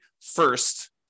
first